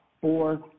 four